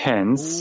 Hence